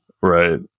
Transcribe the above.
Right